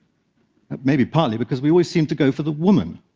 may be partly because we always seem to go for the woman.